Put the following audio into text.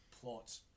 plot